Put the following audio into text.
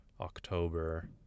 October